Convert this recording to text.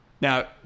Now